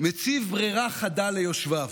מציב ברירה חדה ליושביו: